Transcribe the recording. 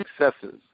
successes